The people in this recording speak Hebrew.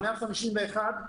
151,